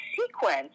sequence